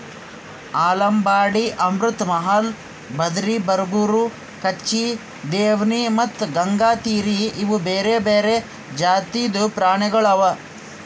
ಆಲಂಬಾಡಿ, ಅಮೃತ್ ಮಹಲ್, ಬದ್ರಿ, ಬರಗೂರು, ಕಚ್ಚಿ, ದೇವ್ನಿ ಮತ್ತ ಗಂಗಾತೀರಿ ಇವು ಬೇರೆ ಬೇರೆ ಜಾತಿದು ಪ್ರಾಣಿಗೊಳ್ ಅವಾ